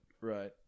Right